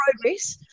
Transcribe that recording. progress